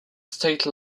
state